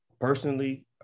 personally